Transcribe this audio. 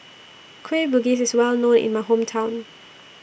Kueh Bugis IS Well known in My Hometown